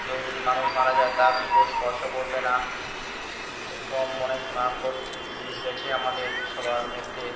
কেউ যদি মানুষ মারা যায় তাকে কেউ স্পর্শ করবে না এরকম অনেক ভয়ঙ্কর দিন গেছে আমাদের সবার মধ্যে